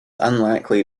unlikely